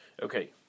Okay